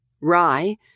Rye